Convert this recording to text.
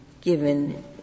given —